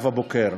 נאוה בוקר.